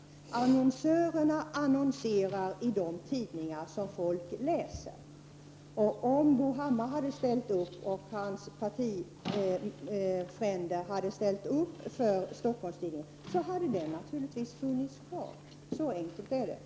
Annonsörerna annonserar i de tidningar som folk läser. Om Bo Hammar och hans partifränder t.ex. hade ställt upp för Stockholms-Tidningen, hade den naturligtvis fortfarande funnits kvar. Så enkelt är det.